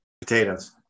potatoes